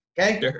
Okay